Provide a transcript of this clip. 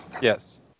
Yes